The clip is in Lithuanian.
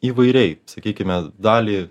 įvairiai sakykime dalį